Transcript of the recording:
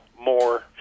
more